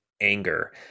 anger